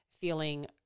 feeling